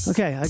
Okay